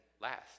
last